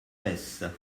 baissent